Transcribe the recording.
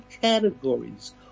categories